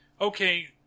okay